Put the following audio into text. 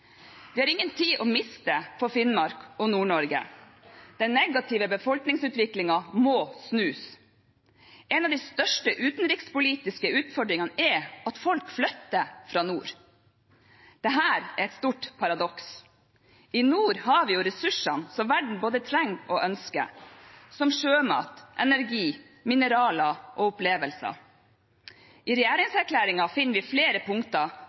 Vi har ingen tid å miste for Finnmark og Nord-Norge. Den negative befolkningsutviklingen må snus. En av de største utenrikspolitiske utfordringene er at folk flytter fra nord. Dette er et stort paradoks. I nord har vi jo ressursene som verden både trenger og ønsker, som sjømat, energi, mineraler og opplevelser. I regjeringserklæringen finner vi flere punkter